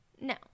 no